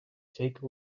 take